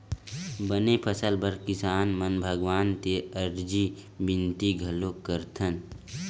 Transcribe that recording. बने फसल बर किसान मन भगवान तीर अरजी बिनती घलोक करथन